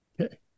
Okay